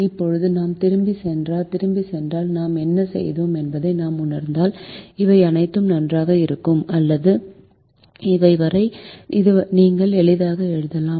இப்போது நாம் திரும்பிச் சென்றால் நாம் என்ன செய்தோம் என்பதை நாம் உணர்ந்தால் இவை அனைத்தும் நன்றாக இருக்கும் அல்லது இவை வரை நீங்கள் எளிதாக எழுதலாம்